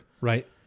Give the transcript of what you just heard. right